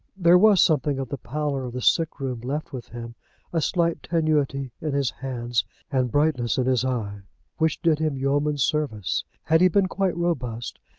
there was something of the pallor of the sick-room left with him a slight tenuity in his hands and brightness in his eye which did him yeoman's service. had he been quite robust,